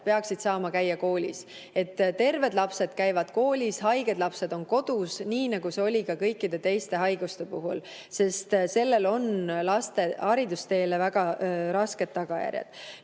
peaksid saama käia koolis. Terved lapsed käivad koolis, haiged lapsed on kodus, nii nagu see oli ka kõikide teiste haiguste puhul. Kojujäämisel on laste haridusteele väga rasked tagajärjed. Nüüd,